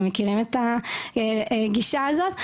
אתם מכירים את הגישה הזאת?